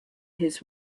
his